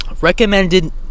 Recommended